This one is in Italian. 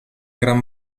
gran